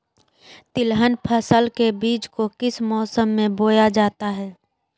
तिलहन फसल के बीज को किस मौसम में बोया जाता है?